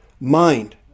mind